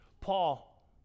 Paul